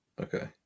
Okay